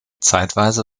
zeitweise